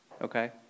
Okay